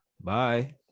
Bye